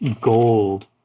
gold